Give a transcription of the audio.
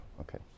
Okay